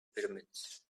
pyramids